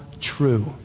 true